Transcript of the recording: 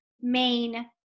main